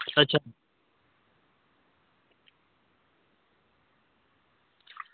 अच्छा